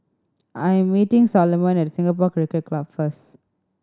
I am meeting Solomon at Singapore Cricket Club first